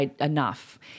Enough